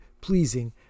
pleasing